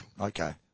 okay